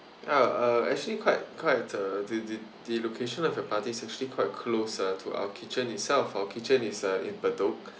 ya uh actually quite quite uh the the the location of your party's actually quite close uh to our kitchen itself our kitchen is uh in bedok